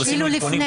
עוד עשינו עדכונים.